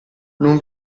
non